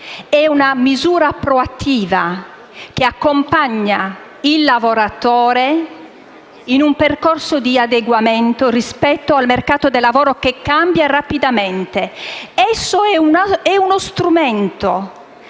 è una misura proattiva che accompagna il lavoratore in un percorso di adeguamento rispetto al mercato del lavoro che cambia rapidamente. Esso è uno strumento